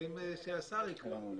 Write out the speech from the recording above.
השר יקבע.